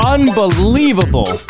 Unbelievable